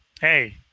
Hey